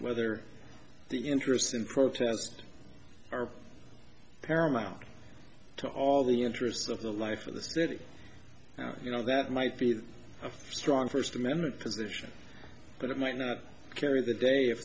whether the interests and protest are paramount to all the interests of the life of the city you know that might be a strong first amendment position but it might not carry the day